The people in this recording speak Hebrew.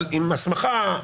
עם הסמכה,